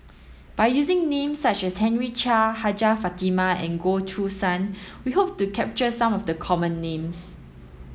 by using names such as Henry Chia Hajjah Fatimah and Goh Choo San we hope to capture some of the common names